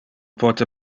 pote